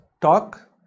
talk